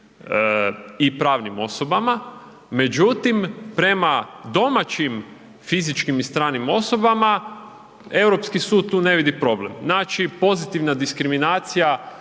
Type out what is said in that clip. i pravnim osobama, međutim, prema domaćim fizičkim i stranim osobama, Europski sud tu ne vidi problem. Znači, pozitivna diskriminacija